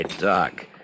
Doc